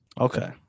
okay